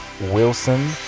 Wilson